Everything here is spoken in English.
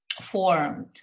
formed